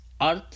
art